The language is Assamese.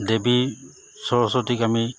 দেৱী সৰস্বতীক আমি